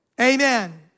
Amen